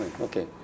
Okay